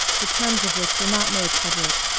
the terms of which were not made public,